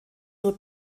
nur